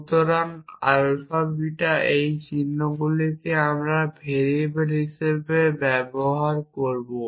সুতরাং alpha beta এই চিহ্নগুলিকে আমরা ভেরিয়েবল হিসাবে ব্যবহার করব